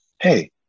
Hey